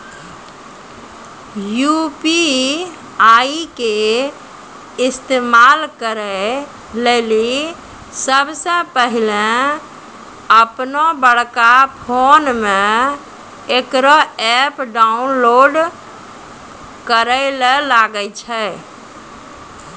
UPI के इस्तेमाल करै लेली सबसे पहिलै अपनोबड़का फोनमे इकरो ऐप डाउनलोड करैल लागै छै